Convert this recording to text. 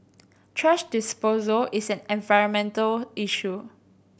thrash disposal is an environmental issue